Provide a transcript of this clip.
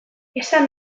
esan